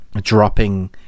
dropping